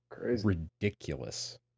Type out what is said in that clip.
Ridiculous